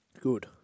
Good